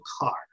car